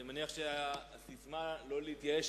אני מניח שהססמה "לא להתייאש,